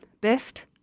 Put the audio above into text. Best